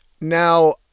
Now